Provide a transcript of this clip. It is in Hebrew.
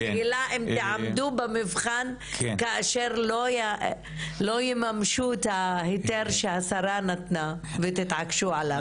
השאלה אם תעמדו במבחן כאשן לא יממשו את ההיתר שהשרה נתנה ותתעקשו עליו.